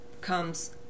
comes